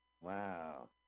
Wow